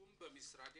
ליישום במשרדי